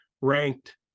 ranked